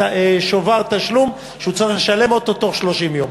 שובר תשלום שהוא צריך לשלם אותו בתוך 30 יום,